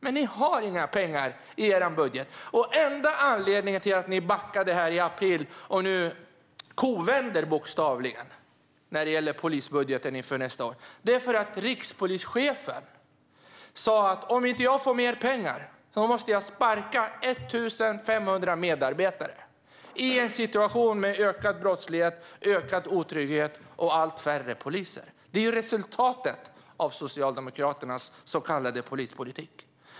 Men ni har inga pengar i er budget. Den enda anledningen till att ni backade i april och nu bokstavligen kovänder när det gäller polisbudgeten för nästa år är att rikspolischefen sa att om han inte får mer pengar måste han sparka 1 500 medarbetare - i en situation med ökad brottslighet, ökad otrygghet och allt färre poliser. Det är resultatet av Socialdemokraternas så kallade polispolitik.